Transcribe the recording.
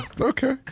Okay